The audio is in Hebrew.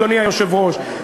אדוני היושב-ראש,